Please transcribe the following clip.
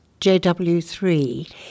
JW3